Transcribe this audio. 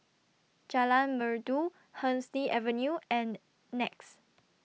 Jalan Merdu Hemsley Avenue and Nex